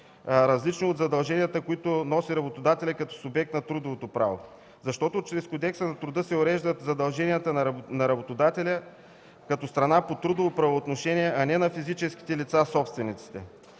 различни от задълженията, които носи работодателят като субект на трудовото право. Защото чрез Кодекса на труда се уреждат задълженията на работодателя като страна по трудово правоотношение, а не на физическите лица, собствениците.